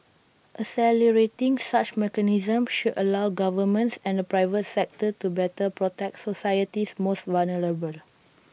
accelerating such mechanisms should allow governments and the private sector to better protect society's most vulnerable